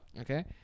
Okay